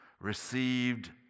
received